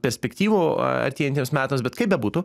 perspektyvų artėjantiems metams bet kaip bebūtų